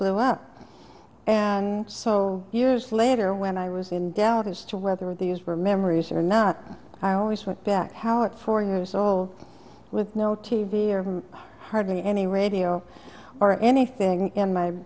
blew up and so years later when i was in doubt as to whether these were memories or not i always went back how at four years old with no t v or hardly any radio or anything in my